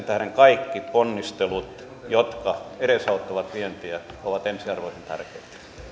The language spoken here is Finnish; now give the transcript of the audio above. tähden kaikki ponnistelut jotka edesauttavat vientiä ovat ensiarvoisen tärkeitä